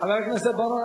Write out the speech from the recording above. חבר הכנסת בר-און,